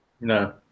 No